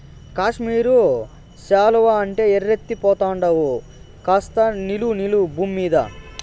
కాశ్మీరు శాలువా అంటే ఎర్రెత్తి పోతండావు కాస్త నిలు నిలు బూమ్మీద